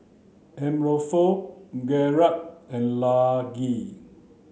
Arnulfo Garret and Laci